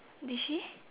did she